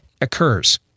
occurs